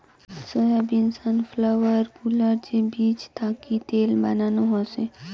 soybean, sunflower গুলার যে বীজ থাকি তেল বানানো হসে